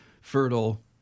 fertile